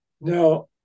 now